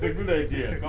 good idea.